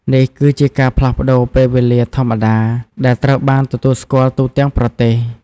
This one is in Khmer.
នេះគឺជាការផ្លាស់ប្តូរពេលវេលាធម្មតា ដែលត្រូវបានទទួលស្គាល់ទូទាំងប្រទេស។